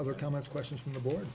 other comments questions from the board